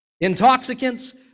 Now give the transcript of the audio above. intoxicants